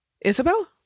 Isabel